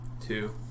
Two